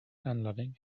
unloving